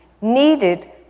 needed